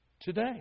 Today